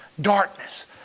darkness